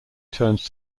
turns